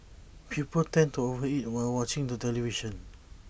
people tend to over eat while watching the television